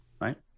Right